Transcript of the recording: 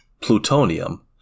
plutonium